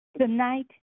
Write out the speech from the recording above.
Tonight